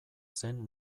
zen